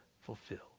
fulfilled